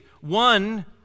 One